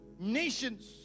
nations